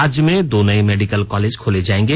राज्य में दो नए मेडिकल कॉलेज खोले जाएंगे